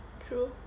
true